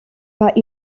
pas